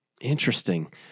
Interesting